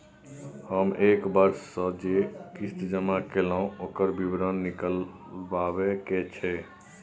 हम एक वर्ष स जे किस्ती जमा कैलौ, ओकर विवरण निकलवाबे के छै?